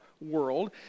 world